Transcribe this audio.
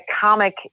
comic